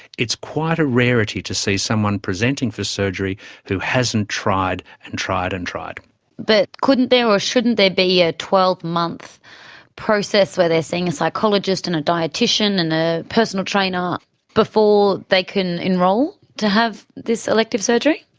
it's quite a rarity to see someone presenting for surgery who hasn't tried and tried and tried. but couldn't there or shouldn't there be a twelve month process where they are seeing a psychologist and a dietician and a personal trainer before they can enrol to have this elective surgery?